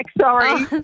Sorry